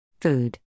Food